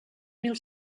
mil